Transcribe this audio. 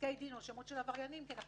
פסקי דין או שמות של עבריינים כי אנחנו